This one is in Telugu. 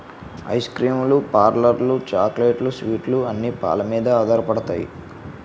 ఐస్ క్రీమ్ లు పార్లర్లు చాక్లెట్లు స్వీట్లు అన్ని పాలమీదే ఆధారపడతాయి